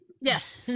Yes